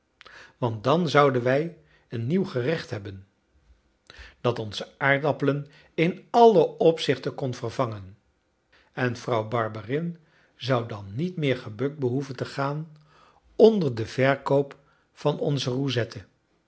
want dan zouden wij een nieuw gerecht hebben dat onze aardappelen in alle opzichten kon vervangen en vrouw barberin zou dan niet meer gebukt behoeven te gaan onder den verkoop van onze